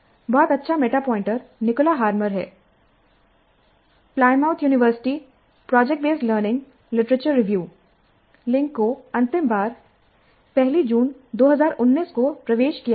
बहुत अच्छा meta pointer Nicola Harmer है Plymouth University project based learning literature review httpswwwplymouthacukuploadsproductiondocumentpath22733Literature review Project based learningpdf link को अंतिम बार 01062019 को प्रवेश किया गया था